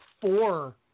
four